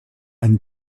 and